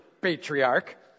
Patriarch